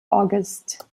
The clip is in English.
august